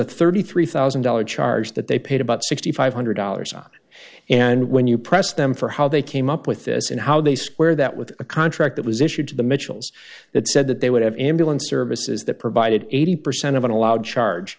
a thirty three thousand dollars charge that they paid about six thousand five hundred dollars out and when you press them for how they came up with this and how they square that with a contract that was issued to the mitchells that said that they would have ambulance services that provided eighty percent of an allowed charge